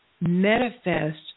manifest